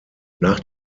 nach